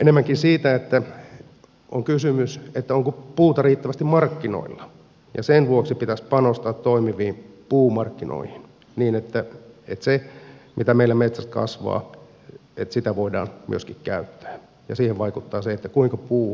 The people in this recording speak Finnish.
enemmänkin siitä on kysymys onko puuta riittävästi markkinoilla ja sen vuoksi pitäisi panostaa toimiviin puumarkkinoihin niin että sitä mitä meillä metsässä kasvaa voidaan myöskin käyttää ja siihen vaikuttaa se kuinka puu markkinoille tulee